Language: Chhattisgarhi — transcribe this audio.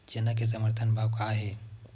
चना के समर्थन भाव का हे?